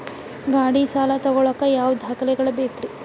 ಗಾಡಿ ಸಾಲ ತಗೋಳಾಕ ಯಾವ ದಾಖಲೆಗಳ ಬೇಕ್ರಿ?